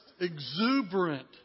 exuberant